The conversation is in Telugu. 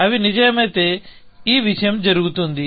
అవి నిజమైతే ఈ విషయం జరుగుతుంది